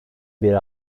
bir